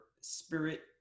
spirit